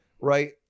right